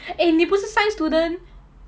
eh 你不是 science student